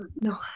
No